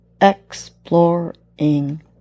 exploring